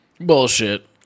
Bullshit